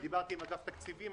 דיברתי עם אגף התקציבים.